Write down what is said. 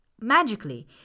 magically